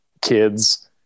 kids